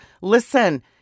Listen